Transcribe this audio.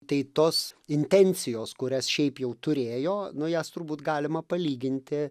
tai tos intencijos kurias šiaip jau turėjo nu jas turbūt galima palyginti